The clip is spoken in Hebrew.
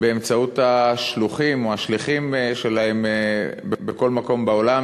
באמצעות השלוחים או השליחים שלהם בכל מקום בעולם,